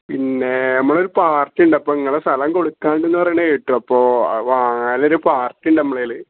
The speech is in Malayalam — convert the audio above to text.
പിന്നെ നമ്മളൊരു പാർട്ടി ഉണ്ട് അപ്പോൾ നിങ്ങളെ സ്ഥലം കൊടുക്കാനുണ്ടെന്ന് പറയുന്നത് കേട്ടു അപ്പോൾ ആ വാങ്ങാനൊരു പാർട്ടി ഉണ്ട് നമ്മളേൽ